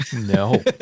no